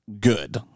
good